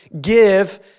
give